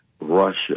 Russia